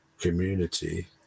community